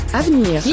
avenir